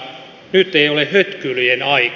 nyt ei ole hötkyilyn aika